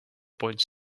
point